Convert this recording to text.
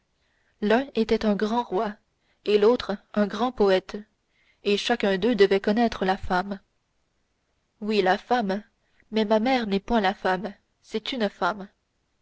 l'un était un grand roi et l'autre un grand poète et chacun d'eux devait connaître la femme oui la femme mais ma mère n'est point la femme c'est une femme